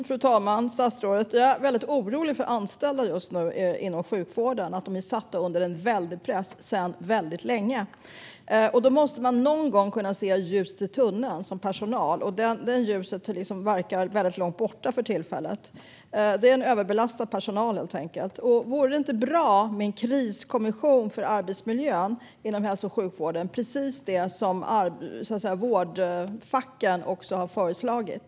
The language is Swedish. Fru talman och statsrådet! Jag är orolig för anställda inom sjukvården just nu. De är satta under väldigt hård press sedan väldigt lång tid. Personalen måste någon gång kunna se ljuset i tunneln. Det ljuset verkar för tillfället vara långt borta. Personalen är helt enkelt överbelastad. Vore det inte bra med en kriskommission för arbetsmiljön inom hälso och sjukvården, precis som vårdfacken har föreslagit?